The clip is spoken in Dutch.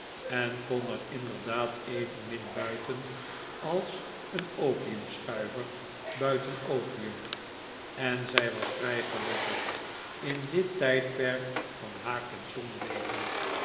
en kon er inderdaad evenmin buiten als een opiumschuiver buiten opium en zij was vrij gelukkig in dit tijdperk van haar pensionleven